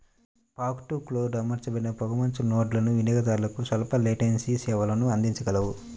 fog to cloud అమర్చబడిన పొగమంచు నోడ్లు వినియోగదారులకు స్వల్ప లేటెన్సీ సేవలను అందించగలవు